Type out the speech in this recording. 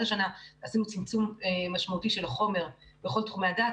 השנה עשינו צמצום משמעותי של חומר בכל תחומי הדעת,